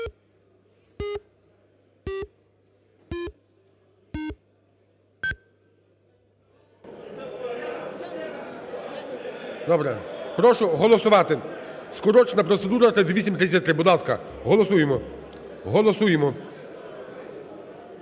Добре. Прошу голосувати, скорочена процедура 3833. Будь ласка, голосуємо. Голосуємо.